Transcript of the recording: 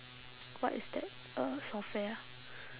what is that uh software ah